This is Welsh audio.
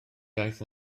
iaith